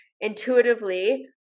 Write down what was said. intuitively